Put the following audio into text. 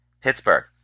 Pittsburgh